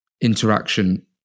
interaction